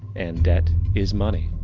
and debt is money.